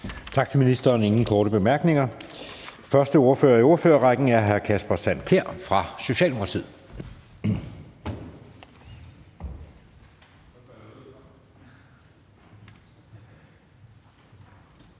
Tak til ministeren. Der er ingen korte bemærkninger. Den første ordfører i ordførerrækken er hr. Kasper Sand Kjær fra Socialdemokratiet.